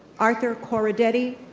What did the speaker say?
arthur corradetti,